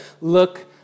look